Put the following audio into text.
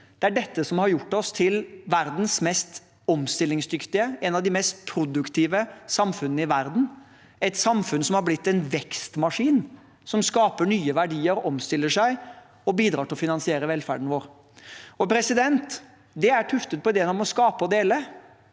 Det er dette som har gjort oss til verdens mest omstillingsdyktige samfunn og et av de mest produktive samfunnene i verden – et samfunn som har blitt en vekstmaskin, som skaper nye verdier, omstiller seg og bidrar til å finansiere velferden vår. Det er tuftet på ideen om å skape og dele.